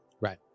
Right